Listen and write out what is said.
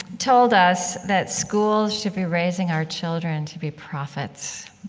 told us that schools should be raising our children to be prophets.